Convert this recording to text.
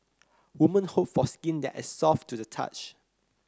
woman hope for skin that is soft to the touch